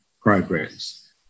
programs